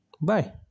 Bye